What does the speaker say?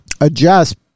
adjust